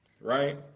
Right